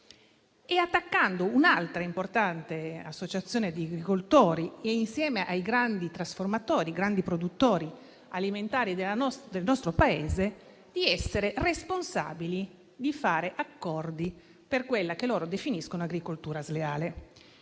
e, accusando un'altra importante associazione di agricoltori, insieme ai grandi trasformatori e ai grandi produttori alimentari del nostro Paese, di essere responsabili di fare accordi per quella che loro definiscono agricoltura sleale.